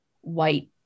white